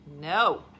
no